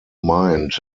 mind